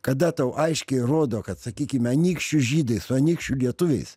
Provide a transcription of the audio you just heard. kada tau aiškiai rodo kad sakykime anykščių žydai su anykščių lietuviais